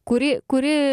kuri kuri